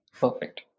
Perfect